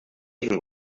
even